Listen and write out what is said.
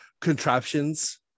contraptions